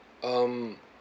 um